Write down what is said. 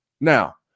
Now